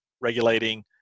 regulating